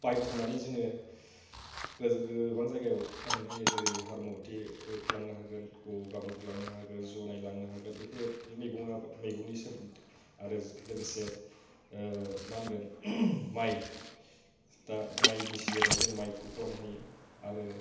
बायथुमनानै जोङो गोबां जायगायाव फानहैनो हायो जेरै हारमति लांनो हागोन गगामुख लांनो हागोन जनाय लांनो हागोन बेफोरबायदि मैगङा आरो लोगोसे मा होनगोन माइ दा माइनि सिजोनाव जों माइखौ खालामनो हायो आरो